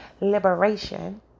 liberation